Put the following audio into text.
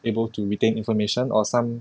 able to retain information or some